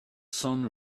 sun